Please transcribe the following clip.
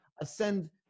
ascend